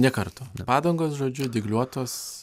nė karto padangos žodžiu dygliuotos